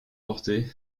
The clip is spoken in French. porter